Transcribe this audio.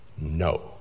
No